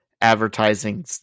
Advertising